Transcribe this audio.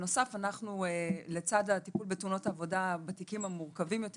לצד הרבה מתאונות העבודה, בתיקים מורכבים יותר